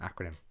acronym